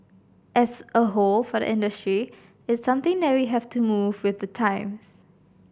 as a whole for the industry it's something that we have to move with the times